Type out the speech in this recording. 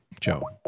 Joe